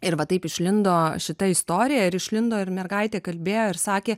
ir va taip išlindo šita istorija ir išlindo ir mergaitė kalbėjo ir sakė